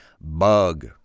bug